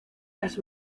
las